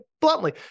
bluntly